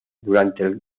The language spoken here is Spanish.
durante